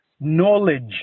knowledge